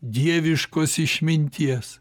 dieviškos išminties